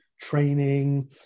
training